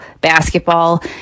basketball